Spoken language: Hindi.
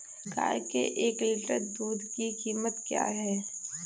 गाय के एक लीटर दूध की कीमत क्या है?